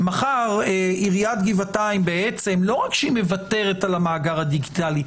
מחר עיריית גבעתיים לא רק שהיא מוותרת על המאגר הדיגיטלי.